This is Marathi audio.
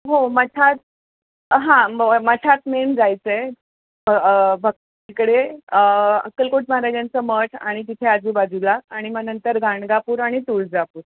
हो मठात हां म मठात मेन जायचं आहे भक् तिकडे अक्कलकोट महाराजांचं मठ आणि तिथे आजूबाजूला आणि मग नंतर गाणगापूर आणि तुळजापूर